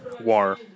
war